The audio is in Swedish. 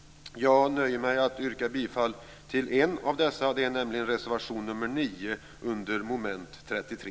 Jag nöjer mig med att yrka bifall till en av dessa, nämligen reservation nr 9 under mom. 33.